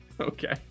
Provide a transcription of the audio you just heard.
Okay